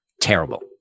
terrible